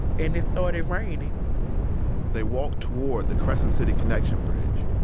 and it started raining they walked toward the crescent city connection bridge.